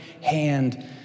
hand